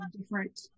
different